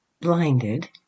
blinded